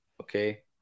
okay